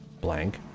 Blank